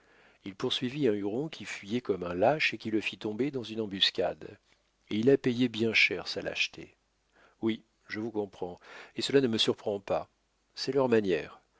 il poursuivit un huron qui fuyait comme un lâche et qui le fit tomber dans une embuscade et il a payé bien cher sa lâcheté oui je vous comprends et cela ne me surprend pas c'est leur manière